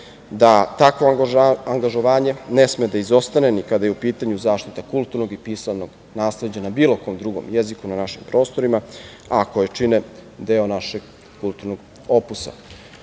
da takvo angažovanje ne sme da izostane ni kada je u pitanju zaštita kulturnog i pisanog nasleđa na bilo kom drugom jeziku na našim prostorima, a koje čine deo našeg kulturnog opusa.Za